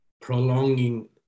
prolonging